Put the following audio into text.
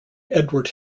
edward